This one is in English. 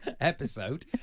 episode